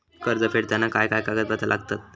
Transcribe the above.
कर्ज फेडताना काय काय कागदपत्रा लागतात?